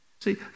See